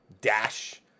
dash